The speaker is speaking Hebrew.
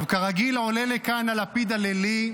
טוב, כרגיל, עולה לכאן הלפיד הלילי,